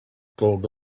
called